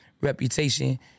reputation